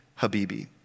Habibi